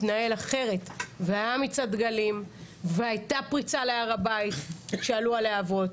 הוא התנהל אחרת והיה מצעד דגלים והייתה פריצה להר הבית שעלו הלהבות.